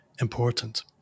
important